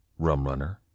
Rumrunner